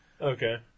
Okay